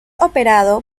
operado